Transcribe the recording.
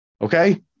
Okay